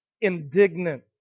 indignant